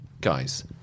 guys